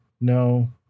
No